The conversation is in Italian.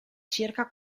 circa